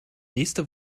nächste